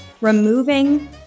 removing